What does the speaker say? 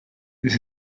this